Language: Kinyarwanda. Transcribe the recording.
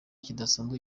kidasanzwe